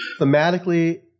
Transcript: thematically